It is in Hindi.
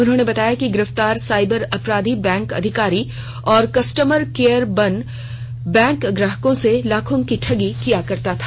उन्होंने बताया कि गिरफ्तार साइबर अपराधी बैंक अधिकारी और कस्टमर केयर बन बैंक ग्राहकों से लाखों की ठगी किया करता था